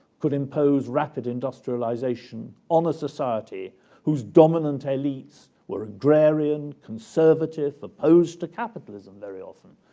could impose rapid industrialization on a society whose dominant elites were agrarian, conservative, opposed to capitalism very often,